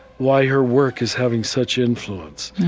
why her work is having such influence.